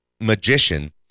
magician